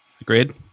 Agreed